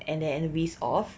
and then risk of